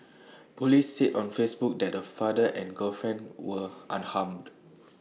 Police said on Facebook that the father and girlfriend were unharmed